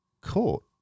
court